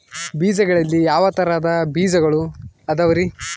ಬೇಜಗಳಲ್ಲಿ ಯಾವ ತರಹದ ಬೇಜಗಳು ಅದವರಿ?